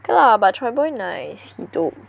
kay lah but Choy Boy nice he dope